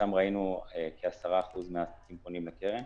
שם ראינו כ-10% שפונים לקרן.